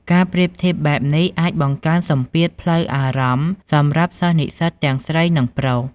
ការប្រៀបធៀបបែបនេះអាចបង្កើនសម្ពាធផ្លូវអារម្មណ៍សម្រាប់សិស្សនិស្សិតទាំងស្រី និងប្រុស។